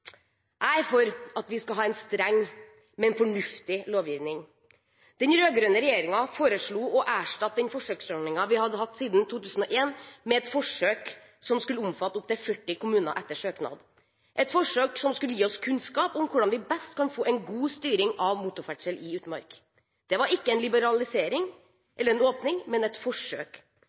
Jeg er for at vi skal ha en streng, men fornuftig lovgivning. Den rød-grønne regjeringen foreslo å erstatte den forsøksordningen vi hadde hatt siden 2001, med et forsøk som skulle omfatte opptil 40 kommuner etter søknad. Forsøket skulle gi oss kunnskap om hvordan vi best kan få en god styring av motorferdsel i utmark. Det var ikke en liberalisering eller en åpning, men et forsøk.